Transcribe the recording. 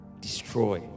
Destroy